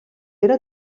era